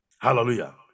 Hallelujah